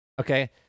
Okay